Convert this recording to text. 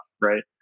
right